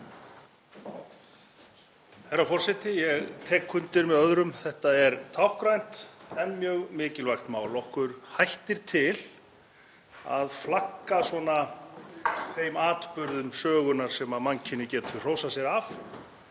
þetta er táknrænt en mjög mikilvægt mál. Okkur hættir til að flagga þeim atburðum sögunnar sem mannkynið getur hrósað sér af